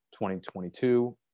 2022